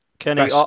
Kenny